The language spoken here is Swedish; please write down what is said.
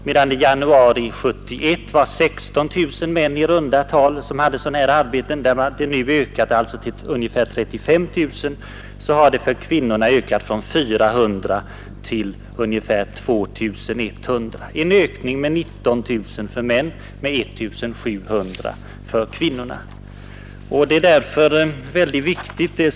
Medan antalet män i beredskapsarbeten ökat från i runt tal 16 000 i januari 1971 till ungefär 35 000 i januari 1972 har antalet kvinnor i beredskapsarbeten under samma tid ökat från 400 till ungefär 2 100 — en ökning med 19 000 för män och med endast 1700 för kvinnor.